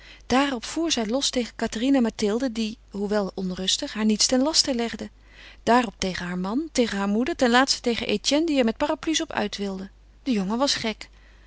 daarop voer zij los tegen cathérine en mathilde die hoewel onrustig haar niets ten laste legden daarop tegen haar man tegen haar moeder ten laatste tegen etienne die er met parapluies op uit wilde de jongen was gek